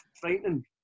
frightening